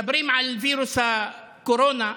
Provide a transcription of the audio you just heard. מדברים על וירוס הקורונה.